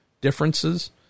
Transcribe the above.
differences